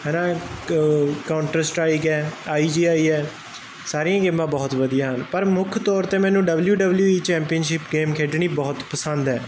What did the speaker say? ਹਨਾ ਕੋਂਟਸਟਾਈਕ ਐ I G I ਐ ਸਾਰੀਆਂ ਗੇਮਾਂ ਬਹੁਤ ਵਧੀਆ ਹਨ ਪਰ ਮੁੱਖ ਤੌਰ ਤੇ ਮੈਨੂੰ ਡਬਲਿਊ ਡਬਲਿਊ ਚੈਪੀਅਨਸ਼ਿਪ ਗੇਮ ਖੇਡਣੀ ਬਹੁਤ ਪਸੰਦ ਹੈ